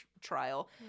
trial